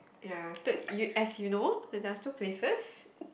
ya two you as you know there are two places